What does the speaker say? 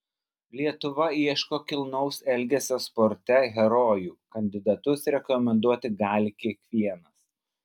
lietuva ieško kilnaus elgesio sporte herojų kandidatus rekomenduoti gali kiekvienas